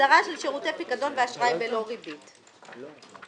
הגדרה של שירותי פיקדון ואשראי בינלאומי שלומית,